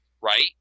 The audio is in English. right